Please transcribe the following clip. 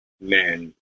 Men